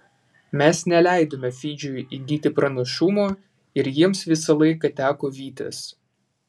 mes neleidome fidžiui įgyti pranašumo ir jiems visą laiką teko vytis